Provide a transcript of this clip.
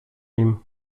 nim